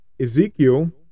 Ezekiel